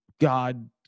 God